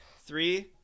three